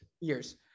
years